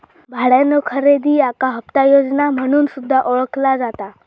भाड्यानो खरेदी याका हप्ता योजना म्हणून सुद्धा ओळखला जाता